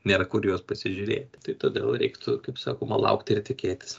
nėra kur į juos pasižiūrėti tai todėl reiktų kaip sakoma laukti ir tikėtis